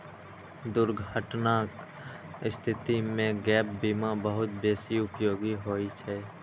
दुर्घटनाक स्थिति मे गैप बीमा बहुत बेसी उपयोगी होइ छै